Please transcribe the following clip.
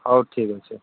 ହଉ ଠିକ ଅଛି